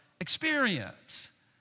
experience